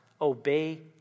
obey